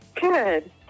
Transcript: good